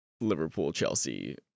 Liverpool-Chelsea